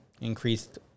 increased